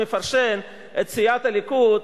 בדרך כלל לא מביעים אי-אמון בקואליציה.